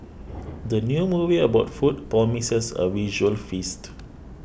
the new movie about food promises a visual feast